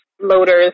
loaders